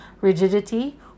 rigidity